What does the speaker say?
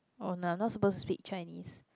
oh no I'm not supposed to speak Chinese